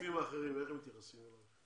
איך מתייחסים אליך הרופאים האחרים?